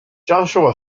joshua